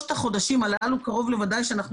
בשלושת החודשים הללו קרוב לוודאי שאנחנו